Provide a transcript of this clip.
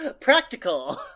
Practical